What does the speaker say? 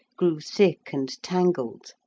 grew thick and tangled.